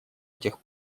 этих